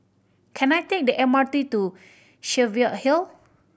can I take the M R T to Cheviot Hill